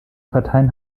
parteien